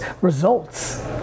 results